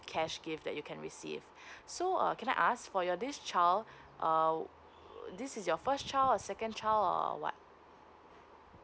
cash gift that you can receive so uh can I ask for your this child uh this is your first child a second child or or what